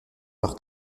leur